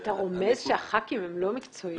--- אתה רומז שהח"כים הם לא מקצועיים?